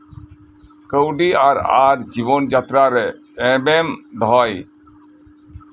ᱠᱟᱹᱣᱰᱤ ᱟᱨ ᱡᱤᱵᱚᱱ ᱡᱟᱛᱛᱨᱟ ᱨᱮ ᱮᱱᱮᱢ ᱫᱚᱦᱚᱭ